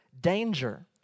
danger